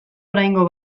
oraingo